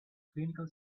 clinical